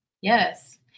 Yes